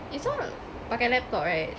it's all pakai laptop eh